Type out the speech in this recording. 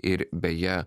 ir beje